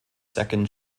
second